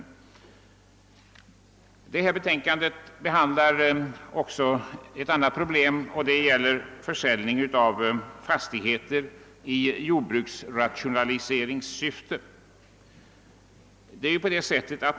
I utskottets betänkande behandlas också ett annat problem, nämligen försäljning av fastigheter i jordbruksrationaliseringssyfte.